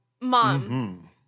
Mom